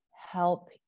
help